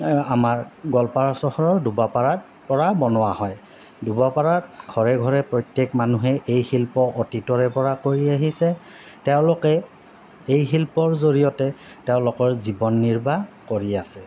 আমাৰ গোৱালপাৰা চহৰৰ দুবা পাৰাত পৰা বনোৱা হয় দুবা পাৰাত ঘৰে ঘৰে প্ৰত্যেক মানুহে এই শিল্প অতীতৰে পৰা কৰি আহিছে তেওঁলোকে এই শিল্পৰ জৰিয়তে তেওঁলোকৰ জীৱন নিৰ্বাহ কৰি আছে